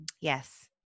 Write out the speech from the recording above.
Yes